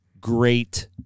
great